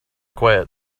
quiet